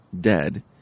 dead